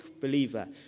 believer